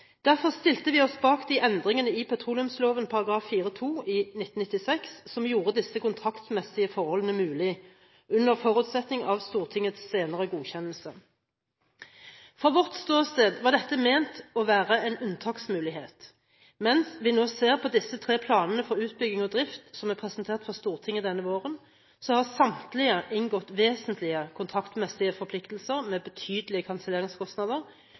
Derfor stilte vi oss bak de endringene i petroleumsloven § 4-2 i 1996 som gjorde disse kontraktsmessige forholdene mulig, under forutsetning av Stortingets senere godkjennelse. Fra vårt ståsted var dette ment å være en unntaksmulighet, men hvis vi nå ser på disse tre planene for utbygging og drift som er presentert for Stortinget denne våren, er det for samtlige inngått vesentlige kontraktsmessige forpliktelser med betydelige kanselleringskostnader